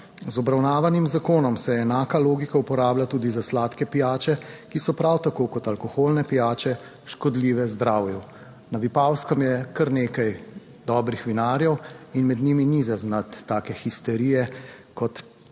Z obravnavanim zakonom se enaka logika uporablja tudi za sladke pijače, ki so prav tako kot alkoholne pijače škodljive zdravju. Na Vipavskem je kar nekaj dobrih vinarjev in med njimi ni zaznati take histerije kot